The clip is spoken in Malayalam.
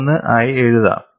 393 ആയി എഴുതാം